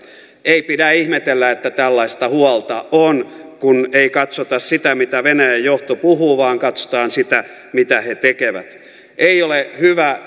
ei pidä ihmetellä että tällaista huolta on kun ei katsota sitä mitä venäjän johto puhuu vaan katsotaan sitä mitä he tekevät ei ole hyvä